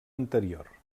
anterior